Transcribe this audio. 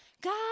God